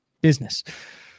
business